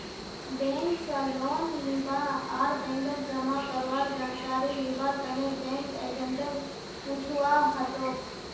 bank स loan लीबा आर बैंकत जमा करवार जानकारी लिबार तने बैंक एजेंटक पूछुवा हतोक